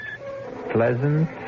pleasant